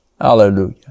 Hallelujah